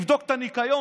תבדוק את הניקיון,